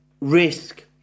risk